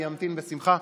אני אמתין בשמחה.